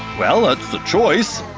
well, that's a choice,